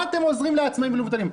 מה אתם עוזרים לעצמאים ולמובטלים?